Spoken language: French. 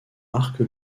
marque